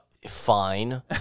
fine